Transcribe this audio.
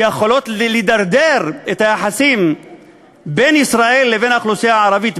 שיכולות לדרדר את היחסים בין ישראל לבין האוכלוסייה הערבית,